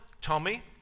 Tommy